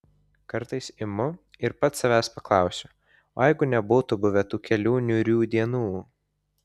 kartais imu ir pats savęs paklausiu o jeigu nebūtų buvę tų kelių niūrių dienų